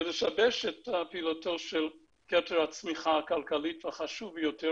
ולשבש את פעילותו של כתר הצמיחה הכלכלית והחשוב ביותר